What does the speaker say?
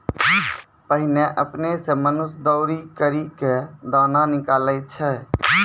पहिने आपने सें मनुष्य दौरी करि क दाना निकालै छलै